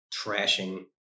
trashing